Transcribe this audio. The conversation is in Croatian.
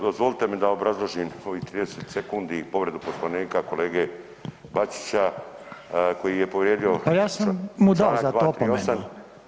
Dozvolite mi da obrazložim ovih 30 sekundi povredu Poslovnika kolege Bačića koji je povrijedio čl. 238.